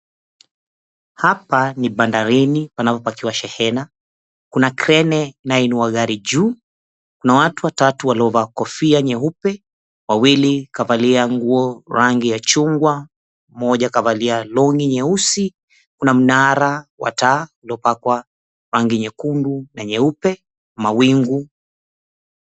Hapa ni bandareni panapopakiwa shehena, kuna krene inayoinua gari juu na watu watatu waliovaa kofia nyeupe, wawili kavalia nguo rangi ya chungwa, mmoja kavalia longi nyeusi, kuna mnara wa taa uliopakwa rangi nyekundu na nyeupe mwaingu.